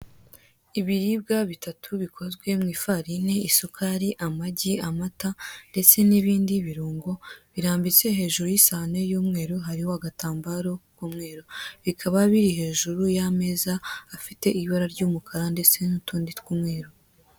Ibiribwa bitatu bikozwe mu ifarini, isukari, amagi, amata ndetse n'ibindi birungo, birambitse hejuru y'isahane y'umweru hariho agatambaro k'umweru, bikaba biri hejuru y'ameza afite ibara ry'umukara ndetse n'utundi tw'umweru.